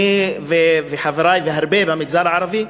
אני וחברי והרבה במגזר הערבי,